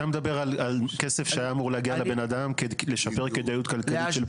אתה מדבר על כסף שהיה אמור להגיע לבן אדם לשפר כדאיות כלכלית של פרויקט.